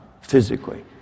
Physically